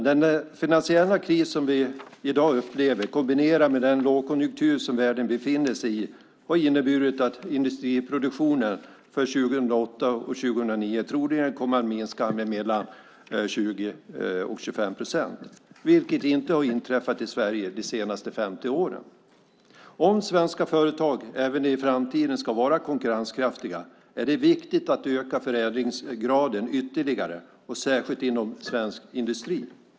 Den finansiella kris som vi i dag upplever, kombinerad med den lågkonjunktur som världen befinner sig i, har inneburit att industriproduktionen för 2008 och 2009 troligen kommer att minska med mellan 20 och 25 procent, vilket inte har inträffat i Sverige de senaste 50 åren. Om svenska företag även i framtiden ska vara konkurrenskraftiga är det viktigt att öka förädlingsgraden ytterligare, särskilt inom svensk industri.